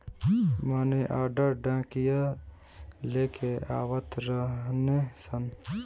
मनी order डाकिया लेके आवत रहने सन